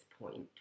point